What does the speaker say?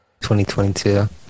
2022